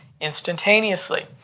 instantaneously